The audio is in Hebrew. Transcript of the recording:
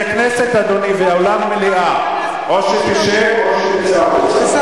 זו כנסת, אדוני, או שתשב או שתצא החוצה.